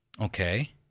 Okay